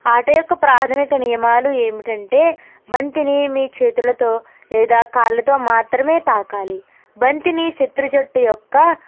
ఆట యొక్క ప్రాథమిక నియమాలు ఏమిటంటే బంతిని మీ చేతులతో లేదా కాళ్ళతో మాత్రమే తాకాలి బంతిని శత్రు జట్టు యొక్క